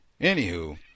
Anywho